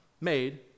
made